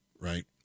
right